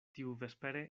tiuvespere